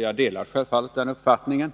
Jag delar självfallet den uppfattningen;